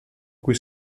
cui